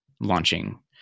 launching